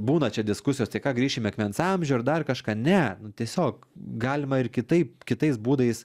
būna čia diskusijos tai ką grįšim į akmens amžių ar dar kažką ne nu tiesiog galima ir kitaip kitais būdais